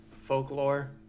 folklore